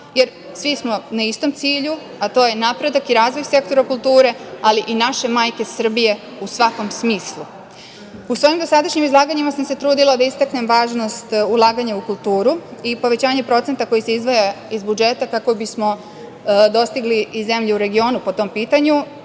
jer svi smo na istom cilju, a to je napredak i razvoj sektora kulture, ali i naše majke Srbije u svakom smislu.U svom dosadašnjem izlaganjima sam se trudila da istaknem važnost ulaganja u kulturu i povećanje procenta koji se izdvaja iz budžeta kako bismo dostigli i zemlje u regionu po tom pitanju.